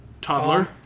toddler